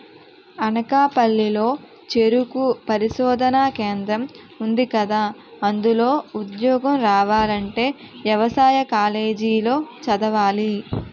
అనకాపల్లి లో చెరుకు పరిశోధనా కేంద్రం ఉందికదా, అందులో ఉద్యోగం రావాలంటే యవసాయ కాలేజీ లో చదవాలి